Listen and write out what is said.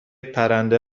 پرنده